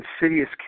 insidious